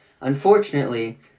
Unfortunately